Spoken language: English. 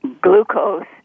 glucose